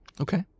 Okay